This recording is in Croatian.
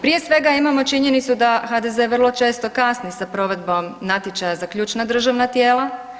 Prije svega imamo činjenicu da HDZ vrlo često kasni sa provedbom natječaja za ključna državna tijela.